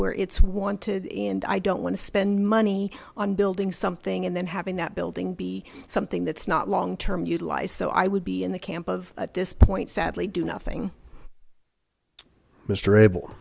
where it's wanted in and i don't want to spend money on building something and then having that building be something that's not long term utilized so i would be in the camp of at this point sadly do nothing mr ab